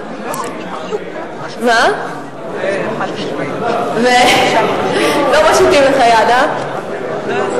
הם לא נותנים יד, לא מושיטים לך יד, אה?